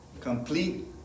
Complete